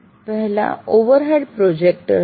પહેલા overhead projector હતા